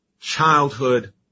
childhood